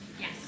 Yes